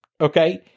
Okay